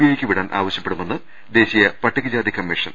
ഐക്ക് കൈമാറാൻ ആവശ്യപ്പെടുമെന്ന് ദേശീയ പട്ടികജാതി കമ്മീ ഷൻ